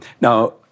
Now